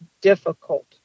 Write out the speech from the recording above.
difficult